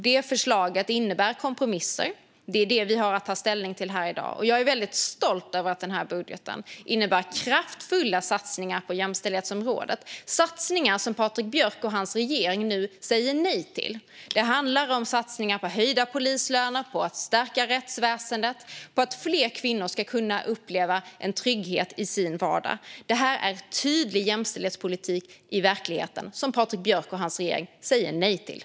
Det förslaget innebär kompromisser. Det är det vi har att ta ställning till här i dag. Jag är väldigt stolt över att den här budgeten innebär kraftfulla satsningar på jämställdhetsområdet. Det är satsningar som Patrik Björck och hans regering nu säger nej till. Det handlar om satsningar på höjda polislöner, på att stärka rättsväsendet och på att fler kvinnor ska kunna uppleva trygghet i sin vardag. Det här är tydlig jämställdhetspolitik i verkligheten, som Patrik Björck och hans regering säger nej till.